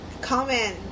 comment